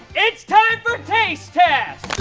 it's time for taste test.